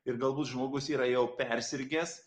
ir galbūt žmogus yra jau persirgęs